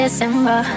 December